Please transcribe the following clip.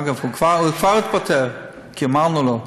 אגב, הוא כבר התפטר, כי אמרנו לו.